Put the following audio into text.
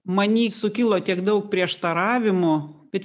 many sukilo tiek daug prieštaravimų bet